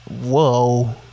whoa